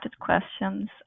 questions